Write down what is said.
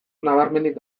nabarmenik